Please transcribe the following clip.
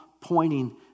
pointing